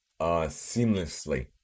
seamlessly